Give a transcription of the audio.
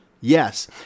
Yes